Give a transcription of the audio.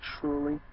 truly